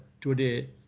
today